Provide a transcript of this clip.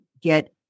get